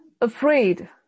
afraid